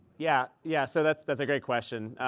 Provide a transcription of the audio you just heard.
yeah yeah, so that's that's a great question.